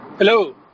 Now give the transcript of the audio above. Hello